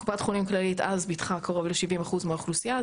קופת חולים כללית אז ביטחה קרוב ל-70% מהאוכלוסייה,